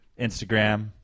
Instagram